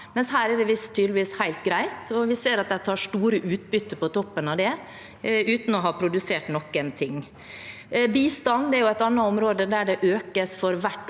men her er det tydeligvis helt greit, også når vi ser at de tar store utbytter på toppen av det uten å ha produsert noen ting. Bistand er et annet område der det økes for hvert